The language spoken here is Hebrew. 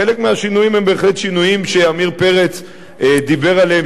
חלק מהשינויים הם בהחלט שינויים שעמיר פרץ דיבר עליהם